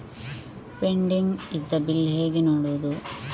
Pending ಇದ್ದ bill ಹೇಗೆ ನೋಡುವುದು?